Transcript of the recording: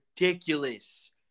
ridiculous